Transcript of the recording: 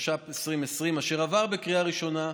התש"ף 2020, אשר עבר בקריאה ראשונה,